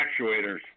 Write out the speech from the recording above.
actuators